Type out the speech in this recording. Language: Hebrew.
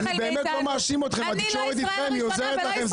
אני לא מאשים אתכם, התקשורת אתכם, היא עוזרת לכם.